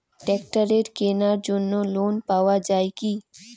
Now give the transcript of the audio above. ট্রাক্টরের কেনার জন্য লোন পাওয়া যায় কি?